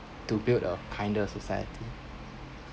to build a kinder society